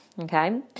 Okay